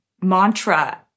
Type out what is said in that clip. mantra